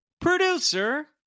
producer